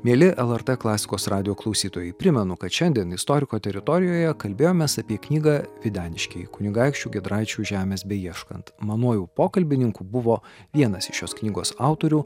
mieli lrt klasikos radijo klausytojai primenu kad šiandien istoriko teritorijoje kalbėjomės apie knygą videniškiai kunigaikščių giedraičių žemės beieškant manuoju pokalbininku buvo vienas šios knygos autorių